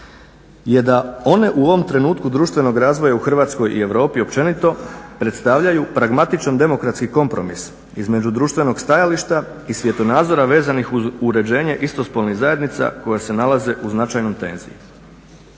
je da one u ovom trenutku društvenog razvoja u Hrvatskoj i Europi općenito predstavljaju pragmatičan demografski kompromis između društvenog stajališta i svjetonazora vezanih uz uređenje istospolnih zajednica koje se nalaze u značajnoj tenziji.